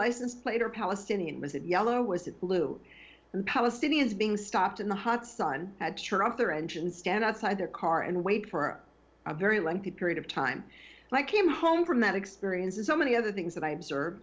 plate or palestinian was it yellow was it blue and palestinians being stopped in the hot sun at sure of their engine stand outside their car and wait for a very lengthy period of time and i came home from that experience as so many other things that i observed